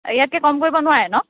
ইয়াতকৈ কম কৰিব নোৱাৰে ন